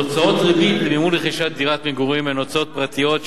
הוצאות ריבית במימון רכישת דירת מגורים הן הוצאות פרטיות,